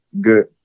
good